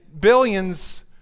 billions